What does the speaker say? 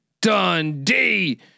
Dundee